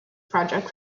projects